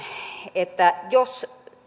että jos